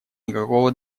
никакого